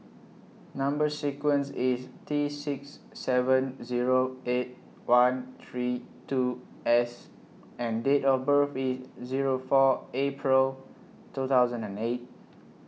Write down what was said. Number sequence IS T six seven Zero eight one three two S and Date of birth IS Zero four April two thousand and eight